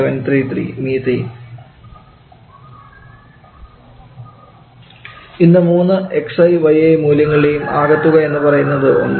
733 🡪CH4 ഈ മൂന്ന് xi yi മൂല്യങ്ങളുടേയും ആകെത്തുക എന്ന് പറയുന്നത് ഒന്നാണ്